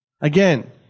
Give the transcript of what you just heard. Again